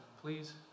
please